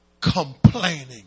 Complaining